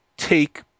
take